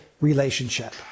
relationship